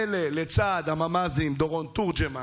אלה, לצד הממ"זים דורון תורג'מן